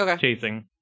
chasing